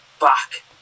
back